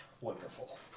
Wonderful